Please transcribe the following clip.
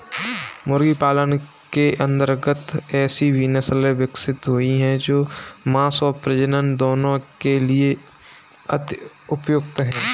मुर्गी पालन के अंतर्गत ऐसी भी नसले विकसित हुई हैं जो मांस और प्रजनन दोनों के लिए अति उपयुक्त हैं